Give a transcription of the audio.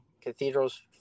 cathedrals